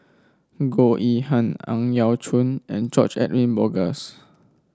Goh Yihan Ang Yau Choon and George Edwin Bogaars